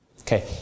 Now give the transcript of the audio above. Okay